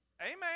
Amen